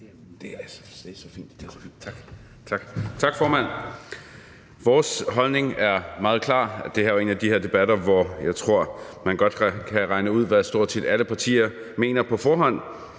Det er så lige